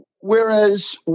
whereas